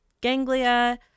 ganglia